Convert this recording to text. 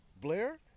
Blair